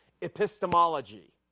epistemology